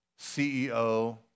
CEO